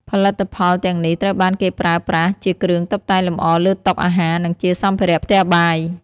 ផលិតផលទាំងនេះត្រូវបានគេប្រើប្រាស់ជាគ្រឿងតុបតែងលម្អលើតុអាហារ និងជាសម្ភារៈផ្ទះបាយ។